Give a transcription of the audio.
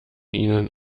ihnen